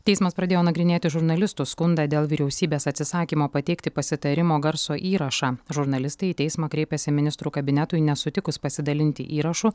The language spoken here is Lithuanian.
teismas pradėjo nagrinėti žurnalistų skundą dėl vyriausybės atsisakymo pateikti pasitarimo garso įrašą žurnalistai į teismą kreipėsi ministrų kabinetui nesutikus pasidalinti įrašu